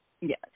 Yes